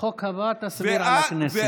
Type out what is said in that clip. בחוק הבא תסביר על הכנסת.